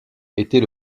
était